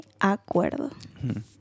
acuerdo